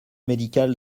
médical